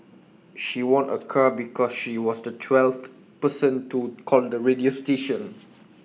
she won A car because she was the twelfth person to call the radio station